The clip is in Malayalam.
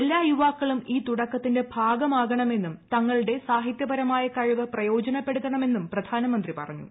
എല്ലാ യുവാക്കളും ഈ തുടക്കത്തിന്റെ ഭാഗമാകണമെന്നും തങ്ങളുടെ സാഹിത്യപരമായ കഴിവ് പ്രയോജനപ്പെടുത്തണമെന്നും പ്രധാനമന്ത്രി പറഞ്ഞു